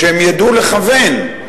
ידעו לכוון.